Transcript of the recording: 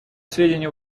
сведению